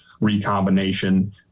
recombination